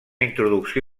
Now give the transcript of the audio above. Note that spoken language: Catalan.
introducció